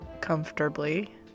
comfortably